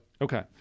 Okay